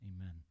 amen